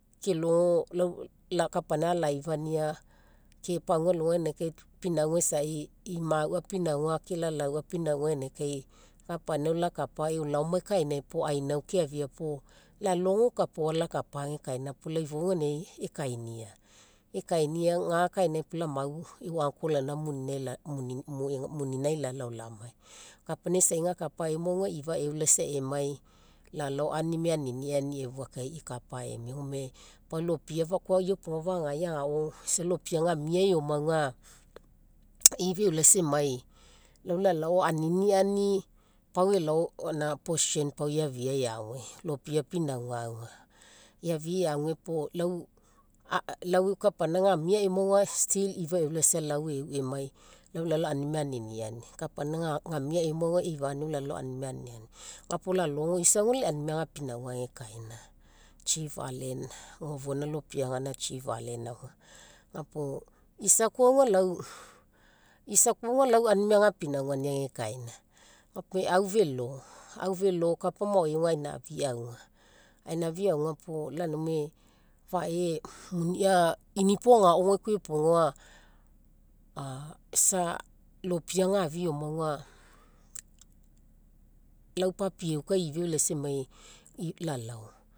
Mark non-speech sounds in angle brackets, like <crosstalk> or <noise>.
Kelogo <hesitation> lau kapaina alaifania, ke pagua alogai pinauga isai, imaua pinauga ke lalaua pinauga ganinagai kai kapaina lakapa e'u laomai kainai puo ainau keafia puo lalogo kapa ao alakapa agekaina puo lau ifou ganinagai ekainia. Ekainia ga kainai lau amau lau e'u uncle gaina <unintelligible> muninai lalao lamai. Kapaina isa ga kapa eoma auga ifa eulaisa emai lalao aunimai aniniani efua kai ikapa emia gome pau lopia koa iopoga fagagai agao isa lopia gamia eoma auga, <noise> ifa eulaisa emai, lau lalao aniniani pau elao pau gaina position eafia eague, lopia pinauga auga. Eafia eague puo lau <hesitation> kapaina gamia eoma auga, still ifa eulaisa lau e'u emai, lau lalao aunimai aniniani, kapaina gamia eoma auga eifania lalao aunimai aniniani. Ga puo lalogo isa auga aunimai agapinauga agekaina, chief allan ogofoina lopiaga gaina cheif allan laoma. Ga puo isa koa auga lau, isa koa auga aunimai agapinauga agekaina. Ga puo au velo, au velo, kapa maoai auga ainafii auga puo <unintelligible> fae munia, inipo agaogao koa iopoga auga <hesitation> isa lopia gafia eoma auga, lau papieu kai ifa eulaisa lalao